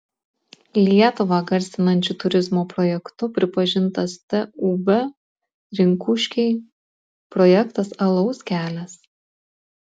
lietuvą garsinančiu turizmo projektu pripažintas tūb rinkuškiai projektas alaus kelias